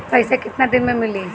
पैसा केतना दिन में मिली?